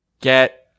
get